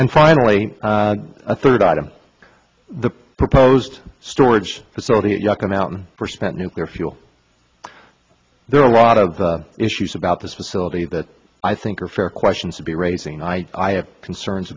and finally a third item the proposed storage facility at yucca mountain for spent nuclear fuel there are a lot of issues about this facility that i think are fair questions to be raising i i have concerns